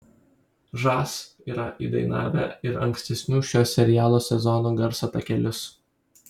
žas yra įdainavę ir ankstesnių šio serialo sezonų garso takelius